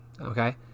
Okay